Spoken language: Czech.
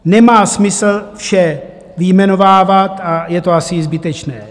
Nemá smysl vše vyjmenovávat a je to asi zbytečné.